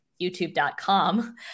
youtube.com